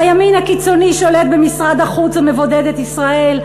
הימין הקיצוני שולט במשרד החוץ ומבודד את ישראל,